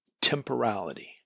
temporality